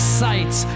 sights